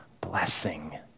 blessing